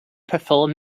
perform